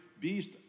beast